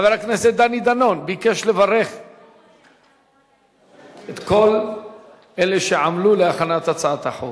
חבר הכנסת דני דנון ביקש לברך את כל אלה שעמלו על הכנת הצעת החוק.